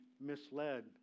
misled